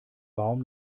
baum